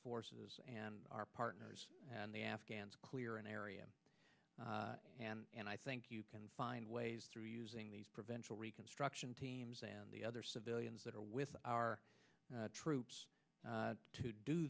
forces and our partners and the afghans clear an area and i think you can find ways through using these prevention reconstruction teams and the other civilians that are with our troops to do